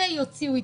שיוציאו התייחסות,